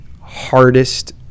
hardest